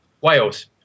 Wales